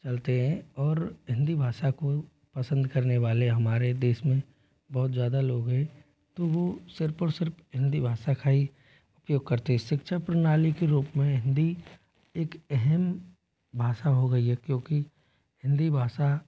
चलते हैं और हिंदी भाषा को पसंद करने वाले हमारे देश में बहुत ज़्यादा लोग है तो वह सिर्फ और सिर्फ हिंदी भाषा का ही उपयोग करते है शिक्षा प्रणाली के रूप में हिंदी एक अहम भाषा हो गई है क्योंकि हिंदी भाषा